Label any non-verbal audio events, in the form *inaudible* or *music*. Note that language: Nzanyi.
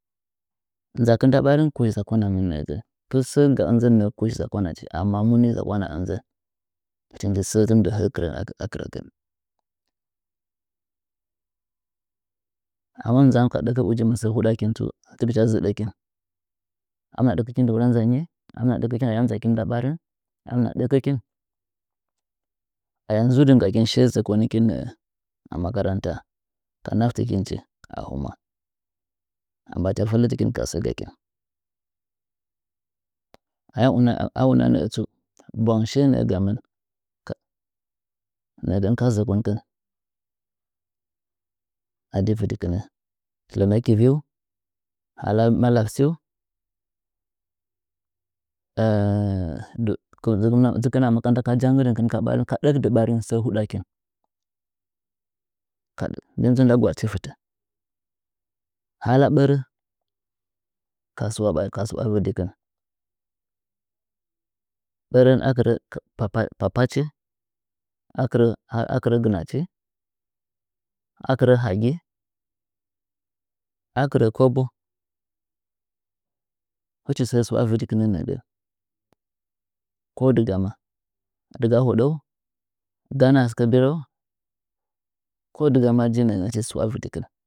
Nzakin nda ɓarh kush zakwana mɨn nɚɚgɚn kɨl sɚ ga ɨnzɚn nɚ kush zakwa nachi amma muni zakwana ɨnzɚn hɨchi nji sɚ tɨmɨ ndɚ hɚ’ɚ kɨrɚ a kɨrɚgɚn ami nzan ka ɗaku ujin masɚ huɗakɨh tsu dɨgɨcha zɨɗkɨn ama ɗɚkɚkin ayam nzakin da ɓarin amina ɗɚkɚki ayam zudɨngakin shiye zɚkonikin nɚɚ a makaranta ka naftikinchi a hɨmwa a mbachafeitikinkin kasɚ gakin aya una a una nɚɚ tsu, bwang shiye nɚɚ gamɨn ka nɚɚgɚn ka zɚkonkɨn adi vɨdikɨn lɚnɚ tɨviu hala malasiu *hesitation* dzɨkɨ a makaranta ka ɗɚkdɨ barin sɚ huɗkɨn miye nji nda gwaɗchi fɨtɚ hala bɚrɚ ka su’wa ɓari ka su’wa vɨdikɨh ɓɚrɚn akɨrɚ papachi akɨrɚ gɨnachi akɨrɚ hagi akɨrɚ kobo htchi sɚ su’wa vɨdikɨnɚ nɚɚ nɚgɚn ko dɨgama dɨga haɗau ganɚ a sɨkɚ birɚu ko dɨgama jinɚɚgɚn acesu afdikna.